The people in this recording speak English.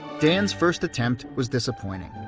dan's first attempt was disappointing.